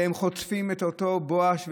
והם חוטפים את אותו בואש,